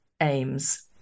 aims